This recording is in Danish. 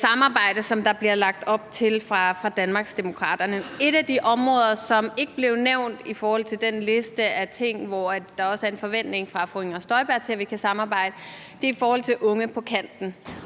samarbejde, som der bliver lagt op til fra Danmarksdemokraternes side. Et af de områder, som ikke blev nævnt i forhold til den liste af ting, som der også er en forventning hos fru Inger Støjberg om at vi kan samarbejde om, er unge på kanten.